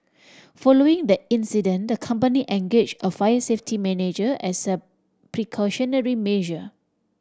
following that incident the company engage a fire safety manager as a precautionary measure